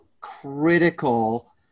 critical